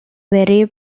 very